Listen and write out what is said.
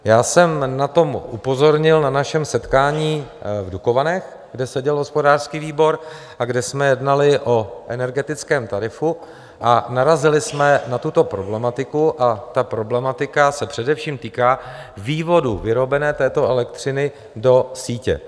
Já jsem na to upozornil na našem setkání v Dukovanech, kde seděl hospodářský výbor a kde jsme jednali o energetickém tarifu, a narazili jsme na tuto problematiku a ta problematika se především týká vývodů vyrobené této elektřiny do sítě.